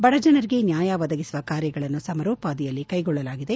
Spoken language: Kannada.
ಬಡಜನರಿಗೆ ನ್ವಾಯ ಒದಗಿಸುವ ಕಾರ್ಯಗಳನ್ನು ಸಮರೋಪಾದಿಯಲ್ಲಿ ಕ್ಷೆಗೊಳ್ಳಲಾಗಿದೆ